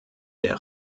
der